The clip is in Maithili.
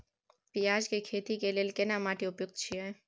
पियाज के खेती के लेल केना माटी उपयुक्त छियै?